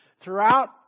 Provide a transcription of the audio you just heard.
Throughout